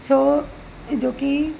छो जोकी